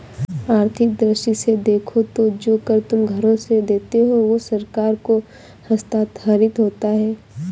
आर्थिक दृष्टि से देखो तो जो कर तुम घरों से देते हो वो सरकार को हस्तांतरित होता है